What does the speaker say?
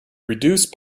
reduce